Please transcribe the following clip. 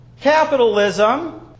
Capitalism